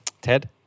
Ted